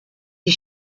die